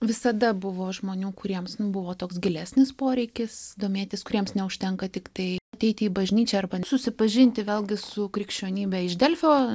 visada buvo žmonių kuriems buvo toks gilesnis poreikis domėtis kuriems neužtenka tiktai ateiti į bažnyčią arba susipažinti vėlgi su krikščionybe iš delfio